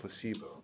placebo